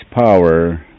power